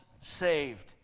saved